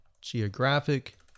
Geographic